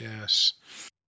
Yes